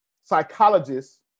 Psychologists